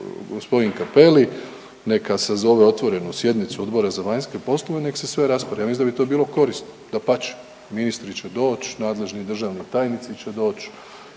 gospodin Cappelli neka sazove otvorenu sjednicu Odbora za vanjske poslove i nek' se sve raspravi. Ja mislim da bi to bilo korisno, dapače. Ministri će doći, nadležni državni tajnici će doći.